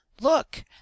Look